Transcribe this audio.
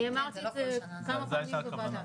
אני אמרתי את זה כמה פעמים בוועדה.